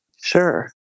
Sure